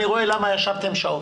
אני רואה למה ישבתם שעות,